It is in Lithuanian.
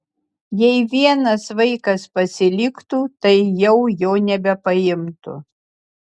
jei vienas vaikas pasiliktų tai jau jo nebepaimtų